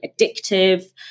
addictive